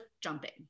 jumping